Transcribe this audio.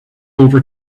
over